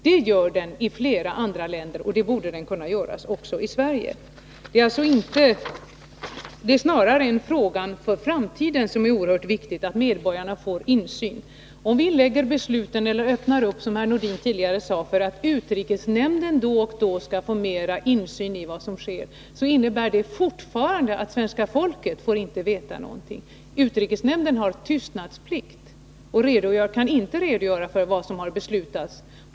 Det görs i flera andra länder och det borde kunna göras också i Sverige. Det är snarare en fråga för framtiden och oerhört viktigt att medborgarna får insyn. Om vi, som herr Nordin sade, öppnar möjligheter för att utrikesnämnden då och då skall få mer insyn i vad som sker innebär det fortfarande att svenska folket inte får veta någonting. Utrikesnämnden har tystnadsplikt och kan inte redogöra för vad man informerats om.